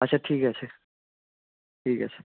আচ্ছা ঠিক আছে ঠিক আছে